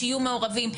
שיהיו מעורבים.